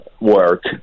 work